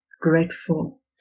grateful